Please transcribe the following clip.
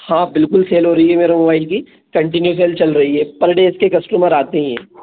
हाँ बिल्कुल सेल हो रही है मेरे मोबाइल की कंटिन्यू सेल चल रही है पर डे इसके कस्टमर आते ही हैं